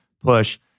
push